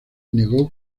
negó